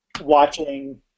watching